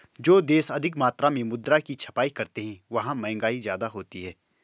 जो देश अधिक मात्रा में मुद्रा की छपाई करते हैं वहां महंगाई ज्यादा होती है